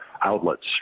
outlets